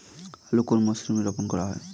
আলু কোন মরশুমে রোপণ করা হয়?